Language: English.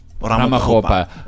Ramakopa